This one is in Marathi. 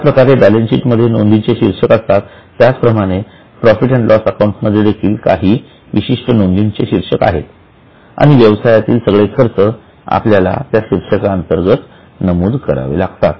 ज्याप्रकारे बॅलन्स शीट मध्ये नोंदीचे शीर्षक असतात त्याचप्रमाणे प्रॉफिट अँड लॉस अकाउंट मध्ये देखील काही विशिष्ट नोंदींचे शीर्षक आहेत आणि व्यवसायातील सगळे खर्च आपल्याला त्या शीर्षकांतर्गत नमूद करावे लागतात